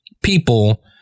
people